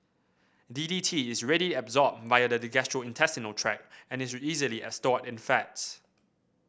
D D T is readily absorbed via the gastrointestinal tract and is easily stored in fats